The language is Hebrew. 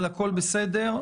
הכול בסדר.